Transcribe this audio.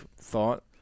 thought